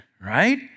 right